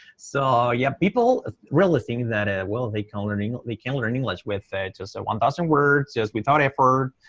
so yeah, people realizing that ah well, they can't learn english, they can't learn english with just a one thousand words, just without effort,